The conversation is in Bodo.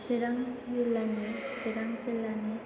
चिरां जिल्लानि